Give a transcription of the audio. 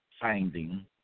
finding